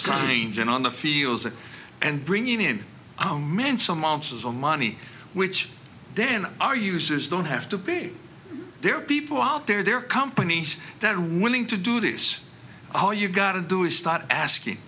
names and on the fields and bringing in oh man some ounces of money which then our users don't have to be there people out there there are companies that are willing to do this all you gotta do is start asking